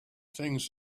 things